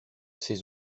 ses